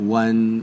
one